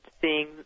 seeing